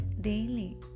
daily